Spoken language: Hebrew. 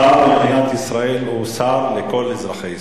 שר במדינת ישראל הוא שר לכל אזרחי ישראל.